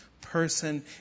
Person